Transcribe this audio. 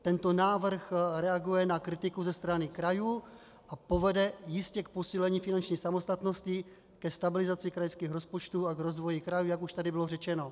Tento návrh reaguje na kritiku ze strany krajů a povede jistě k posílení finanční samostatnosti, ke stabilizaci krajských rozpočtů a k rozvoji krajů, jak už tu bylo řečeno.